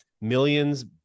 millions